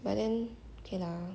but then okay lah